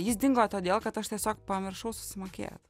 jis dingo todėl kad aš tiesiog pamiršau susimokėt